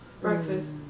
Breakfast